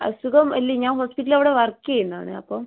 അസുഖം അല്ല ഞാൻ ഹോസ്പിറ്റലിൽ അവിടെ വർക്ക് ചെയ്യുന്നത് ആണ് അപ്പം